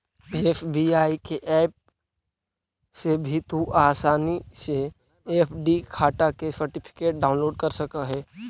SBI के app से भी तू आसानी से एफ.डी खाटा के सर्टिफिकेट डाउनलोड कर सकऽ हे